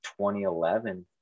2011